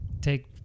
take